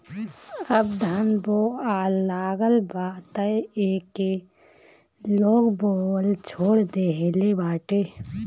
अब धान बोआए लागल बा तअ एके लोग बोअल छोड़ देहले बाटे